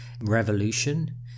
revolution